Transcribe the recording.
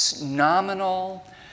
nominal